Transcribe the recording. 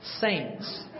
Saints